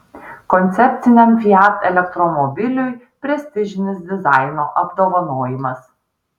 koncepciniam fiat elektromobiliui prestižinis dizaino apdovanojimas